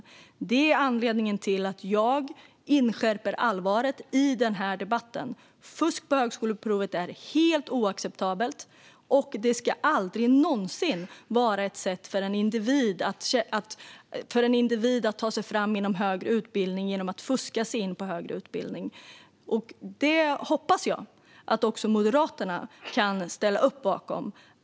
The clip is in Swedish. Det är anledningen till att jag inskärper allvaret i den här debatten. Fusk på högskoleprovet är helt oacceptabelt. Att fuska sig in ska aldrig någonsin vara ett sätt för en individ att ta sig fram inom högre utbildning. Det hoppas jag att också Moderaterna kan ställa upp bakom.